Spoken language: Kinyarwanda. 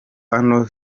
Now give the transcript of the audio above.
hano